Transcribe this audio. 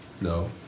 No